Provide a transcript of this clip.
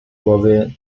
głowy